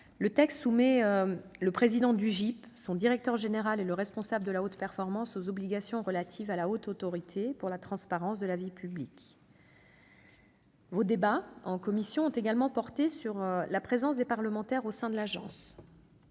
le texte soumet le président du GIP, son directeur général et le responsable de la haute performance aux obligations relatives à la Haute Autorité pour la transparence de la vie publique. Vos débats en commission ont également porté sur la présence des parlementaires au sein de l'Agence.